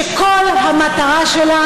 שכל המטרה שלה